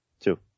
Two